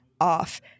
off